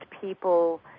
people